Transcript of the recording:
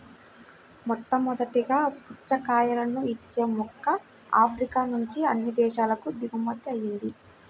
మొట్టమొదటగా పుచ్చకాయలను ఇచ్చే మొక్క ఆఫ్రికా నుంచి అన్ని దేశాలకు దిగుమతి అయ్యింది